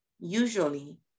usually